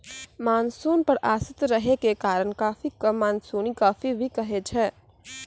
monsoon पर आश्रित रहै के कारण कॉफी कॅ मानसूनी कॉफी भी कहै छै